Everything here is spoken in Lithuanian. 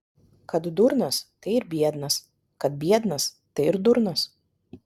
kad durnas tai ir biednas kad biednas tai ir durnas